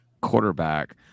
quarterback